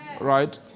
Right